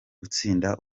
gutsinda